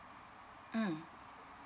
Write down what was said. mm